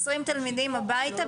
20 תלמידים הביתה,